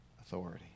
authority